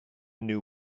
new